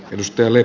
kivistö oli